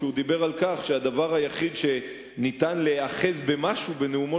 כשהוא דיבר על כך שהדבר היחיד שניתן להיאחז בו בנאומו